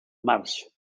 marge